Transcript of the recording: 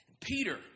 Peter